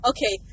Okay